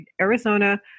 Arizona